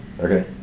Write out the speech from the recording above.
Okay